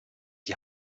die